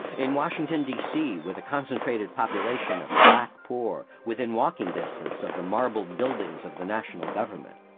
in washington, d c, with a concentrated population of black poor within walking distance of the marbled buildings of the national government,